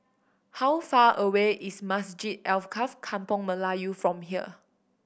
how far away is Masjid Alkaff Kampung Melayu from here